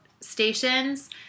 stations